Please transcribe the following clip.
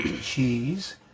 cheese